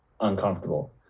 uncomfortable